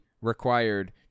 required